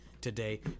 today